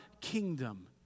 kingdom